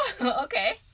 Okay